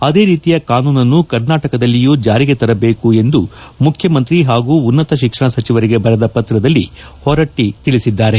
ಅದೇ ರೀತಿಯ ಕಾನೂನನ್ನು ಕರ್ನಾಟಕದಲ್ಲಿಯೂ ಜಾರಿಗೆ ತರಬೇಕುಎಂದು ಮುಖ್ಯಮಂತ್ರಿ ಹಾಗೂ ಉನ್ನತ ಶಿಕ್ಷಣ ಸಚಿವರಿಗೆ ಬರೆದ ಪತ್ರದಲ್ಲಿ ಹೊರಟ್ಟ ತಿಳಿಸಿದ್ದಾರೆ